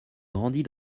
grandit